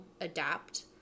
adapt